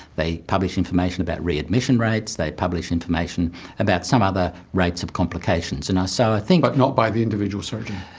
they publish information about readmission rates. they publish information about some other rates of complications. and so ah but like not by the individual surgeon?